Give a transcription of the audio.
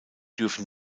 dürfen